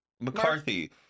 McCarthy